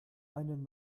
einen